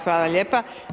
Hvala lijepa.